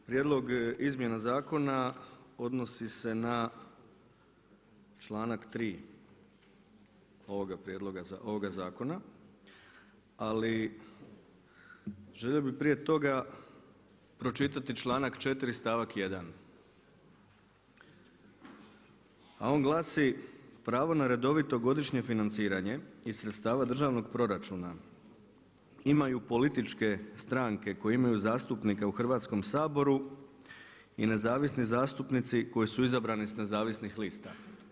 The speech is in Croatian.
Prijedlog izmjena zakona odnosi se na članak 3. ovoga zakona ali želio bih prije toga pročitati članak 4. stavak 1. A on glasi: „Pravo na redovito godišnje financiranje iz sredstava državnog proračuna imaju političke stranke koje imaju zastupnika u Hrvatskom saboru i nezavisni zastupnici koji su izabrani sa nezavisnih lista.